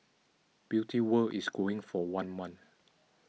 Beauty World is going for one month